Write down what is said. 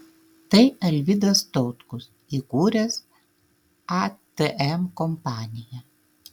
tai alvidas tautkus įkūręs atm kompaniją